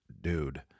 dude